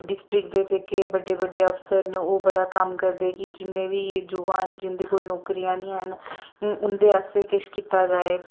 district दे जेह्के बड्डे बड्डे अफसर न ओह् बड़ा कम्म करदे कि जिन्ने बी युवा न जिंदे कोल नौकरियां नी हैन उं'दे आस्तै किश कीता जाए